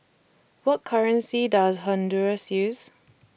What currency Does Honduras use